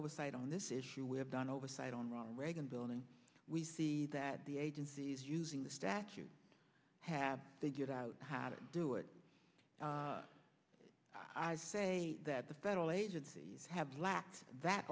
oversight on this issue we have done oversight on ronald reagan building we see that the agencies using the statute have figured out how to do it i'd say that the federal agencies have lacked that